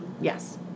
Yes